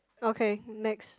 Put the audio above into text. okay next